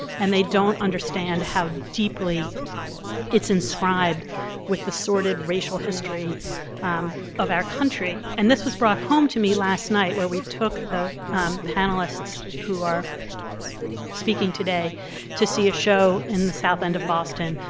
and they don't understand how deeply it's inscribed with the sordid racial history of our country. and this was brought home to me last night where we took the panelists who are speaking today to see a show in the south end of boston,